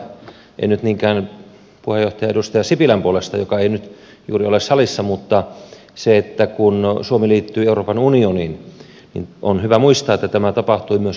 haluan todeta en nyt niinkään puheenjohtaja edustaja sipilän puolesta joka ei nyt juuri ole salissa sen että kun suomi liittyi euroopan unioniin niin on hyvä muistaa että tämä tapahtui myös kansanäänestyksen pohjalta